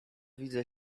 widzę